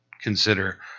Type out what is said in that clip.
consider